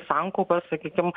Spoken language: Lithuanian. sankaupas sakykim